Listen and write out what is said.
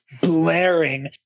blaring